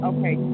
Okay